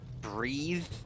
breathe